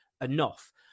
enough